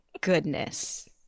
goodness